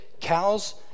cows